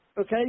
okay